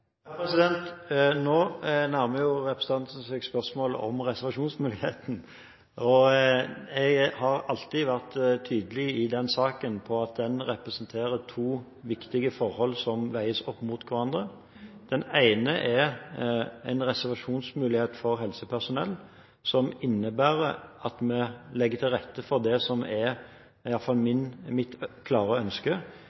Nå nærmer representanten seg spørsmålet om reservasjonsmuligheten, og jeg har alltid vært tydelig i den saken på at den representerer to viktige forhold som veies opp mot hverandre. Det ene er en reservasjonsmulighet for helsepersonell – som innebærer at vi legger til rette for det som er